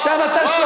אז אני אומר: וואו.